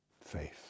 faith